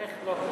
איך לא?